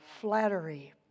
flattery